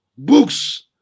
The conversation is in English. Books